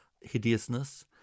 hideousness